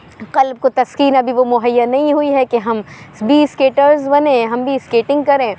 قلب کو تسکین ابھی وہ مہیّا نہیں ہوئی ہے کہ ہم بھی اسکیٹرز بنیں ہم بھی اسکیٹنگ کریں